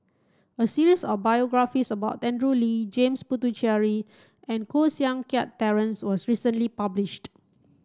a series of biographies about Andrew Lee James Puthucheary and Koh Seng Kiat Terence was recently published